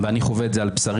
ואני חווה את זה על בשרי,